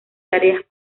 tareas